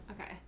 Okay